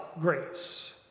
grace